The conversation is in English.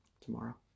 tomorrow